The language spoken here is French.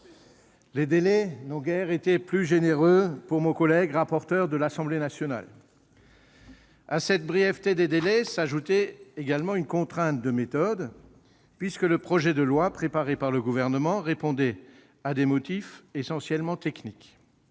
Les délais n'ont guère été plus généreux pour mon collègue rapporteur de l'Assemblée nationale. À cette brièveté des délais s'ajoutait une contrainte de méthode puisque le texte préparé par le Gouvernement répondait à des motifs essentiellement techniques.